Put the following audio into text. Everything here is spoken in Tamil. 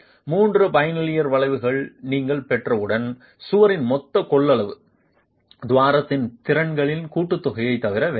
3 பைலினியர் வளைவுகளை நீங்கள் பெற்றவுடன் சுவரின் மொத்த கொள்ளளவு துவாரத்தின் திறன்களின் கூட்டுத்தொகையைத் தவிர வேறில்லை